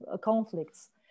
conflicts